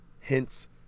hence